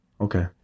okay